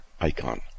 icon